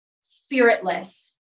spiritless